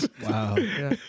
Wow